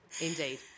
Indeed